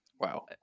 wow